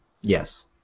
Yes